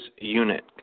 unit